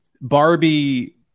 Barbie